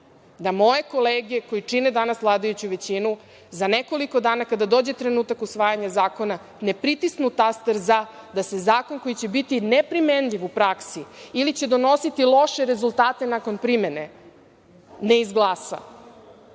da moje kolege koje čine danas vladajuću većinu za nekoliko dana, kada dođe trenutak usvajanja zakona, ne pritisnu taster „za“, da se zakon koji će biti neprimenjiv u praksi ili će donositi loše rezultate nakon primene ne izglasa. Treća